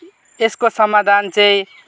यसको समाधान चाहिँ